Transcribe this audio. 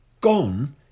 Gone